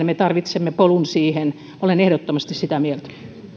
me tarvitsemme polun siihen nolla pilkku seitsemään olen ehdottomasti sitä mieltä